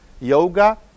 Yoga